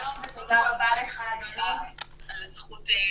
שלום ותודה רבה, אדוני, על זכות הדיבור.